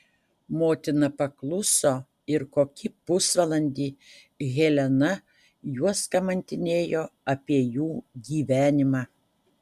motina pakluso ir kokį pusvalandį helena juos kamantinėjo apie jų gyvenimą